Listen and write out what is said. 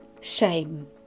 Shame